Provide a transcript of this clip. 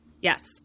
Yes